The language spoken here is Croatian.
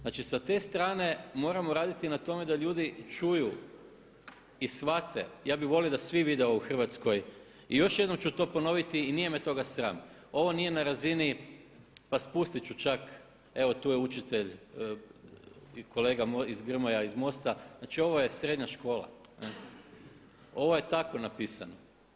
Znači sa te strane moramo raditi na tome da ljudi čuju i shvate, ja bih volio da svi vide u Hrvatskoj i još jednom ću to ponoviti i nije me toga sram, ovo nije na razini pa spustit ću čak evo tu je učitelj i moj kolega Grmoja iz MOST-a, znači ovo je srednja škola, ovo je tako napisano.